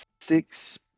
six